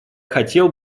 хотел